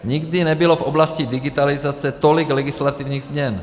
Nikdy nebylo v oblasti digitalizace tolik legislativních změn.